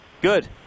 Good